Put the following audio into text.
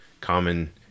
common